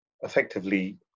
effectively